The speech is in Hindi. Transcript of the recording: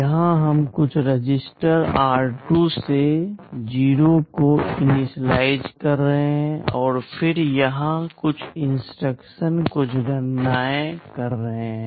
यहाँ हम कुछ रजिस्टर r2 से 0 को इनिशियलाइज़ कर रहे हैं फिर यहाँ कुछ इंस्ट्रक्शन कुछ गणनाएँ कर रहे हैं